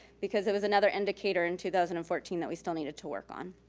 because it was another indicator in two thousand and fourteen that we still needed to work on.